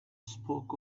spoke